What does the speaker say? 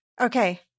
Okay